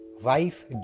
wife